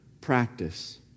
practice